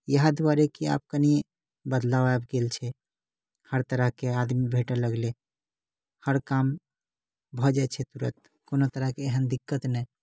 इएह दुआरे कि आब कनी बदलाव आबि गेल छै हर तरहके आदमी भेटऽ लगलै हर काम भऽ जाइ छै तुरत कोनो तरहके एहन दिक्कत नहि